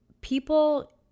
People